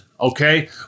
okay